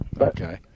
Okay